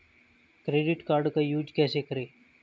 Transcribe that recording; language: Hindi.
क्रेडिट कार्ड का यूज कैसे करें?